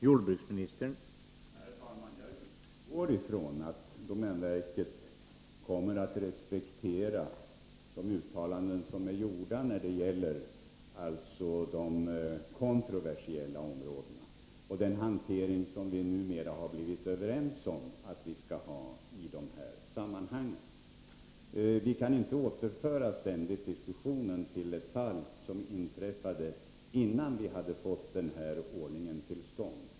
Herr talman! Jag utgår ifrån att domänverket kommer att respektera de uttalanden som gjorts när det gäller de kontroversiella områdena och den hantering som vi numera har blivit överens om i dessa sammanhang. Vi kan inte ständigt återföra diskussionen till ett fall som inträffade innan vi hade fått denna ordning till stånd.